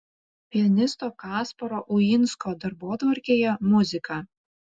pianisto kasparo uinsko darbotvarkėje muzika